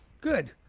Good